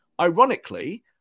Ironically